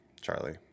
Charlie